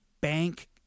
Bank